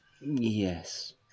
Yes